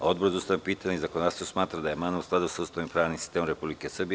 Odbor za ustavna pitanja i zakonodavstvo smatra da je amandman u skladu sa Ustavom i pravnim sistemom Republike Srbije.